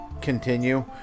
continue